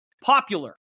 popular